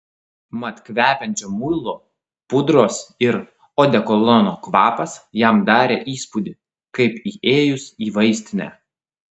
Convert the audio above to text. mat kvepiančio muilo pudros ir odekolono kvapas jam darė įspūdį kaip įėjus į vaistinę